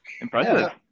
Impressive